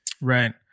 Right